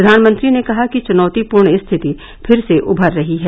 प्रधानमंत्री ने कहा कि चुनौतीपूर्ण स्थिति फिर से उभर रही है